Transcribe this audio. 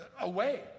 away